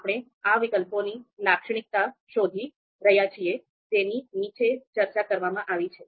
આપણે આ વિકલ્પોની લાક્ષણિકતા શોધી રહ્યા છીએ જેની નીચે ચર્ચા કરવામાં આવી છે